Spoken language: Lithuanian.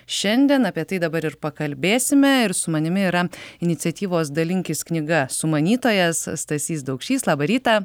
šiandien apie tai dabar ir pakalbėsime ir su manimi yra iniciatyvos dalinkis knyga sumanytojas stasys daukšys labą rytą